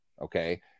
Okay